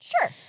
Sure